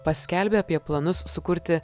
paskelbė apie planus sukurti